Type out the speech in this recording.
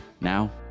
Now